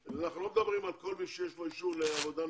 אנחנו לא מדברים על כל מי שיש לו אישור לעבודה נוספת,